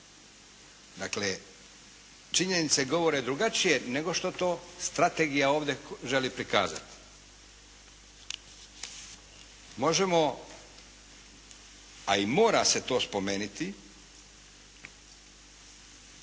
Dakle, činjenice govore drugačije nego što to strategija ovdje želi prikazati. Možemo, a i mora se to spomenuti,